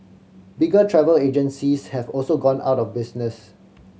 bigger travel agencies have also gone out of business